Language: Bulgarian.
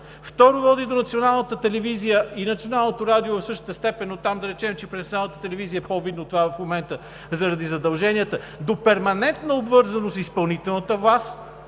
Второ, води Националната телевизия и Националното радио в същата степен, да кажем, че през Националната телевизия е по-видно това в момента заради задълженията, до перманентна обвързаност с изпълнителната власт.